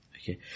Okay